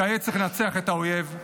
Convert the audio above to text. כעת צריך לנצח את האויב.